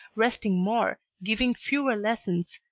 resting more, giving fewer lessons,